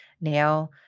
now